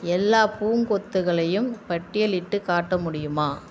எல்லா பூங்கொத்துகளையும் பட்டியலிட்டுக் காட்ட முடியுமா